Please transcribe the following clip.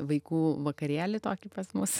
vaikų vakarėlį tokį pas mus